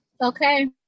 Okay